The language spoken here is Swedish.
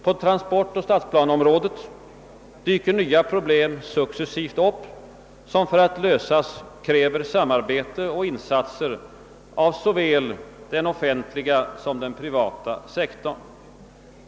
På transportoch stadsplaneområdet dyker nya problem successivt upp, som för att lösas kräver samarbete och insatser av såväl den offentliga som den privata sektorn.